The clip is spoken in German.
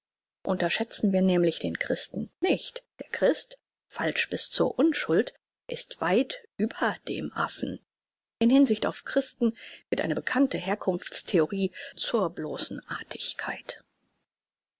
unterschätzen wir nämlich den christen nicht der christ falsch bis zur unschuld ist weit über dem affen in hinsicht auf christen wird eine bekannte herkunfts theorie zur bloßen artigkeit